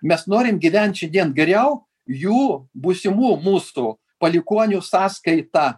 mes norim gyvent šiandien geriau jų būsimų mūs tų palikuonių sąskaita